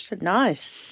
Nice